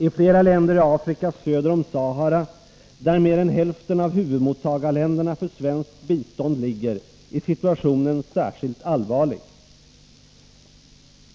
I flera länder i Afrika söder om Sahara, där mer än hälften av huvudmottagarländerna för svenskt bistånd ligger, är situationen särskilt allvarlig.